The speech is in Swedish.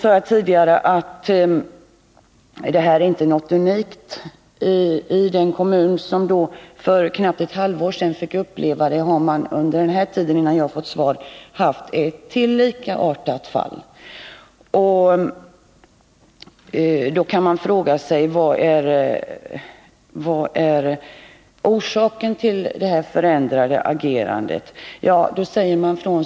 Jag sade tidigare att detta inte var något unikt. Den kommun som för knappt ett halvår sedan fick uppleva detta har sedan dess haft ytterligare ett likartat fall. Man kan därför fråga sig vilken orsaken är till socialstyrelsens förändrade agerande.